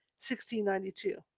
1692